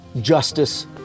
justice